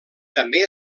també